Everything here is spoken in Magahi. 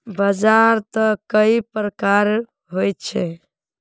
बाजार त कई प्रकार होचे?